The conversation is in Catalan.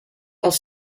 els